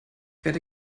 werde